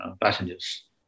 passengers